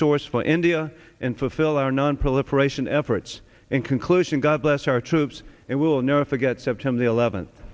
source for india and fulfill our nonproliferation efforts in conclusion god bless our troops it will never forget september the eleventh